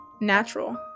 Natural